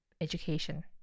education